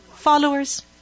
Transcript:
followers